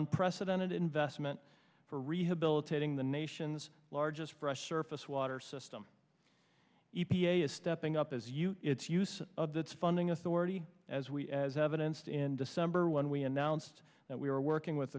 unprecedented investment for rehabilitating the nation's largest fresh surface water system e p a is stepping up as you its use of that's funding authority as we as evidenced in december when we announced that we were working with